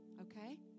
okay